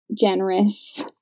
generous